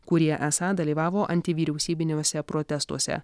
kurie esą dalyvavo antivyriausybiniuose protestuose